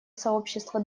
сообщества